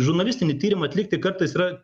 žurnalistinį tyrimą atlikti kartais yra